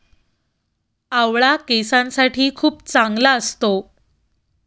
आवळा केसांसाठी खूप चांगला असतो